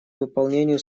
выполнению